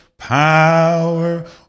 Power